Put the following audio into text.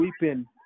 weeping